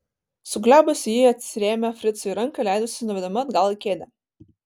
suglebusi ji atsirėmė fricui į ranką ir leidosi nuvedama atgal į kėdę